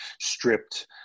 stripped